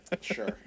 sure